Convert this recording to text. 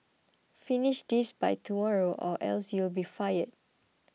finish this by tomorrow or else you'll be fired